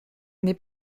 n’aie